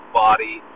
body